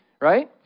right